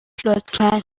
لطفا